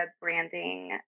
branding